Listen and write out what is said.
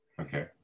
Okay